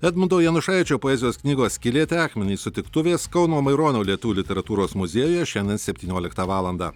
edmundo janušaičio poezijos knygos skylėti akmenys sutiktuvės kauno maironio lietuvių literatūros muziejuje šiandien septynioliktą valandą